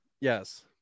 yes